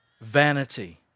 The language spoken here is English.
vanity